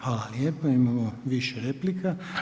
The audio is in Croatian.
Hvala lijepo imamo više replika.